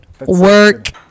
work